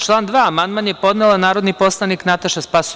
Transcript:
Na član 2. amandman je podnela narodni poslanik Nataša Sp.